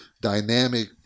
dynamic